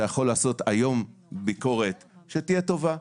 אתה יכול לעשות היום ביקורת שתהיה טובה,